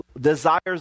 desires